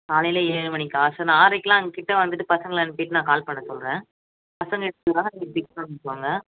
காலையில் ஏழு மணிக்கா சரி நான் ஆறரைக்கு அங்கே கிட்டே வந்துட்டு பசங்களை அனுப்பிவிட்டு கால் பண்ண சொல்கிறேன் பசங்கள் எடுத்துகிட்டு வருவாங்க நீங்கள் பிக் பண்ணிக்கோங்க